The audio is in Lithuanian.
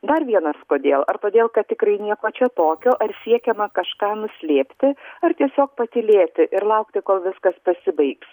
dar vienas kodėl ar todėl kad tikrai nieko čia tokio ar siekiama kažką nuslėpti ar tiesiog patylėti ir laukti kol viskas pasibaigs